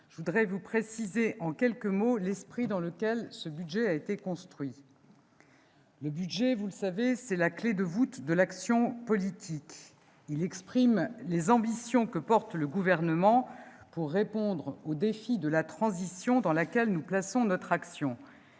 je voudrais préciser en quelques mots l'esprit dans lequel ce budget a été construit. Le budget, vous le savez, est la clé de voûte de l'action politique. Il exprime les ambitions que porte le Gouvernement pour répondre au défi de la transition dans laquelle nous plaçons notre action.